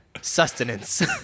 sustenance